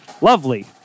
lovely